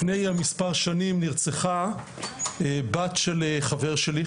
לפני מספר שנים נרצחה בת של חבר שלי,